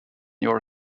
your